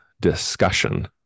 discussion